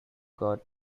got